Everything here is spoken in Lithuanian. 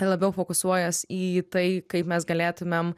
labiau fokusuojuos į tai kaip mes galėtumėm